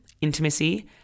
intimacy